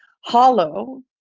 hollow